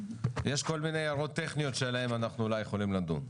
יש כל מיני הערות טכניות שעליהן אנחנו אולי יכולים לדון,